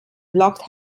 blocked